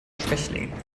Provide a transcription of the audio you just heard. schwächling